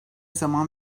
zaman